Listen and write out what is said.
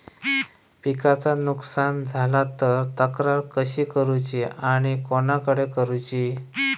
पिकाचा नुकसान झाला तर तक्रार कशी करूची आणि कोणाकडे करुची?